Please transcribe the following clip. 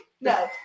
No